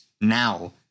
now